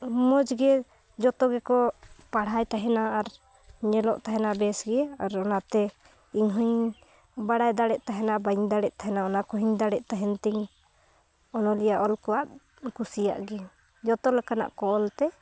ᱢᱚᱡᱽ ᱜᱮ ᱡᱷᱚᱛᱚ ᱜᱮᱠᱚ ᱯᱟᱲᱦᱟᱣ ᱛᱟᱦᱮᱱᱟ ᱟᱨ ᱧᱮᱞᱚᱜ ᱛᱟᱦᱮᱱᱟ ᱵᱮᱥ ᱜᱮ ᱟᱨ ᱚᱱᱟᱛᱮ ᱤᱧ ᱦᱚᱧ ᱵᱟᱲᱟᱭ ᱫᱟᱲᱮᱭᱟᱫ ᱛᱟᱦᱮᱱᱟ ᱵᱟᱹᱧ ᱫᱟᱲᱮᱭᱟᱫ ᱛᱟᱦᱮᱱᱟ ᱚᱱᱟ ᱠᱚᱦᱚᱧ ᱫᱟᱲᱮᱜᱟᱫ ᱛᱟᱦᱮᱱ ᱛᱤᱧ ᱚᱱᱚᱞᱤᱭᱟᱹᱣᱟᱜ ᱚᱞ ᱠᱚᱣᱟᱜ ᱠᱩᱥᱤᱭᱟᱜ ᱜᱤᱭᱟᱹᱧ ᱡᱷᱚᱛᱚ ᱞᱮᱠᱟᱱᱟᱜ ᱠᱚ ᱚᱞᱛᱮ